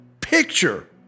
picture